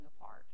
apart